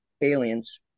aliens